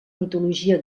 mitologia